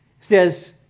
says